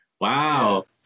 Wow